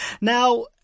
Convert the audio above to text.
Now